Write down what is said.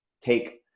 take